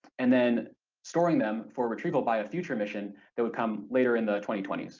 and then storing them for retrieval by a future mission that would come later in the twenty twenty s.